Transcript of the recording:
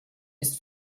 ist